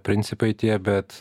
principai tie bet